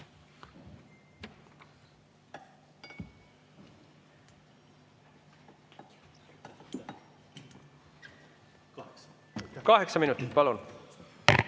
Kaheksa minutit, palun!